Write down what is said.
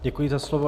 Děkuji za slovo.